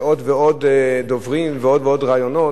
עוד ועוד דוברים ועוד ועוד ראיונות.